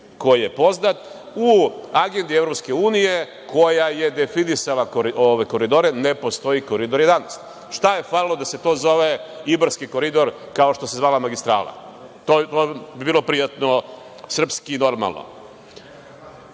koji je poznat. U agendi EU, koja je definisala ove koridore, ne postoji Koridor 11. Šta je falilo da se to zove ibarski koridor, kao što se zvala magistrala? To bi bilo prijatno, srpski i normalno.Zašto